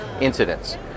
incidents